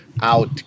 out